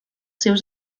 seus